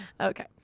Okay